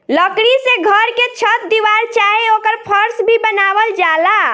लकड़ी से घर के छत दीवार चाहे ओकर फर्स भी बनावल जाला